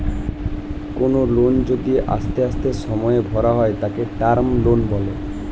কোনো লোন যদি আস্তে আস্তে সময়ে ভরা হয় তাকে টার্ম লোন বলে